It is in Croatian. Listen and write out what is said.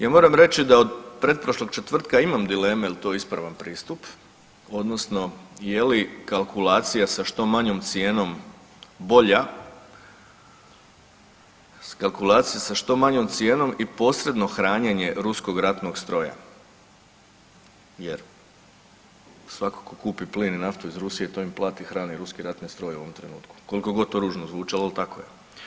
Ja moram reći da od pretprošlog četvrtka imam dileme jel to ispravan pristup odnosno je li kalkulacija sa što manjom cijenom bolja kalkulacija sa manjom cijenom i posredno hranjenje ruskog ratnog stroja jer svako ko kupi plin i naftu iz Rusije to im plati i hrani ruski ratni stroj u ovom trenutku, kolikogod to grozno zvučalo, ali tako je.